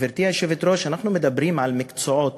גברתי היושבת-ראש, אנחנו מדברים על מקצועות